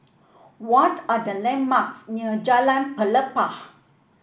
what are the landmarks near Jalan Pelepah